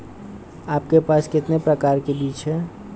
आपके पास कितने प्रकार के बीज हैं?